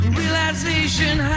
realization